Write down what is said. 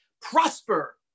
prosper